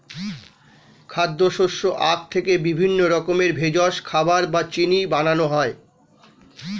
খাদ্য, শস্য, আখ থেকে বিভিন্ন রকমের ভেষজ, খাবার বা চিনি বানানো হয়